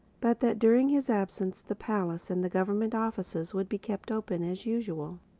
but that during his absence the palace and the government offices would be kept open as usual.